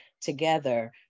together